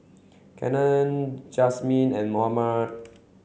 Kenney Jazmin and Mohammad